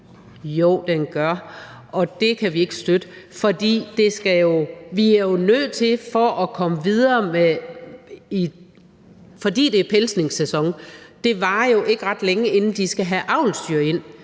Jo, det gør det, og det kan vi ikke støtte. Fordi det er pelsningssæson, varer det jo ikke ret længe, inden de skal have avlsdyr ind.